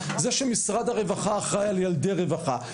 זה שמשרד הרווחה אחראי על ילדי רווחה,